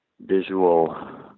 visual